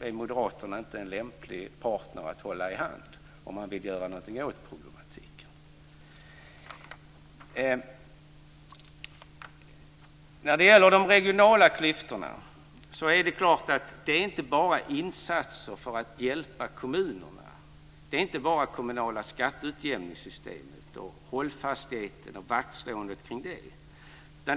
är Moderaterna inte en lämplig partner att hålla i handen om man vill göra något åt problematiken. När det gäller de regionala klyftorna behövs inte bara insatser för att hjälpa kommunerna. Det är inte bara kommunala skatteutjämningssystemet och hållfastheten i och vaktslåendet om det.